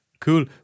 Cool